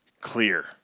clear